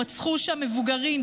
רצחו שם מבוגרים,